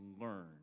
learn